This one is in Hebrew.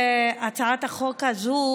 הצעת החוק הזאת,